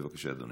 בבקשה, אדוני.